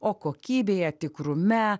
o kokybėje tikrume